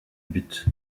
but